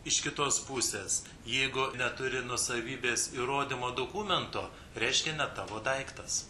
iš kitos pusės jeigu neturi nuosavybės įrodymo dokumento reiškia ne tavo daiktas